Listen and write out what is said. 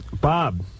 Bob